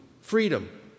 freedom